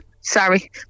Sorry